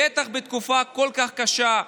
בטח בתקופה כל כך קשה,